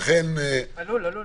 עלול.